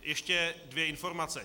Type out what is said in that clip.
Ještě dvě informace.